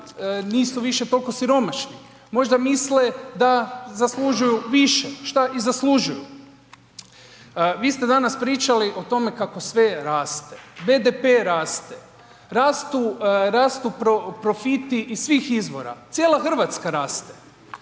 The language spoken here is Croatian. nisu više toliko siromašni, možda misle da zaslužuju više, šta i zaslužuju. Vi ste danas pričali o tome kako sve raste, BDP raste, rastu profiti iz svih izvora, cijela Hrvatska raste.